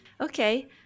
Okay